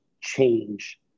change